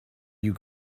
you